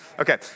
Okay